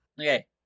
Okay